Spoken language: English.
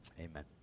Amen